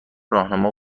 راهنما